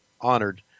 honored